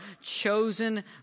chosen